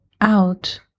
out